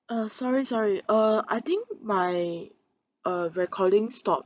uh sorry sorry uh I think my uh recording stopped